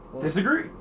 Disagree